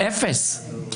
אפס.